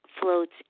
floats